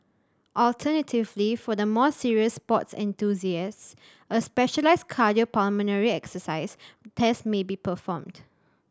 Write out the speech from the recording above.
alternatively for the more serious sports enthusiasts a specialised cardiopulmonary exercise test may be performed